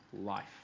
life